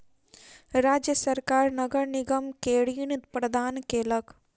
राज्य सरकार नगर निगम के ऋण प्रदान केलक